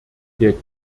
der